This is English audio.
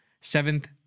seventh